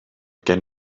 gen